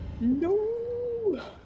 no